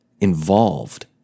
involved